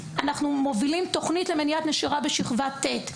אנחנו מובילים תוכנית למניעת נשירה בכיתה ט׳.